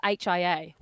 HIA